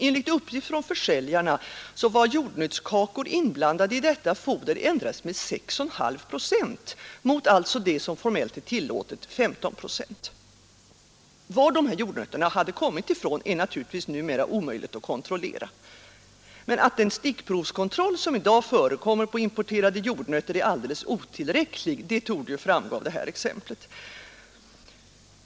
Enligt uppgift från försäljarna var jordnötskakor inblandade i detta foder med endast 6,5 procent mot det som alltså formellt är tillåtet, 15 procent. Var dessa jordnötter hade kommit från är naturligtvis numera omöjligt att kontrollera, men att den stickprovskontroll som i dag förekommer på importerade jordnötter är alldeles otillräcklig torde framgå av detta exempel.